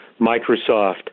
Microsoft